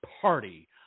party